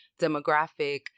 demographic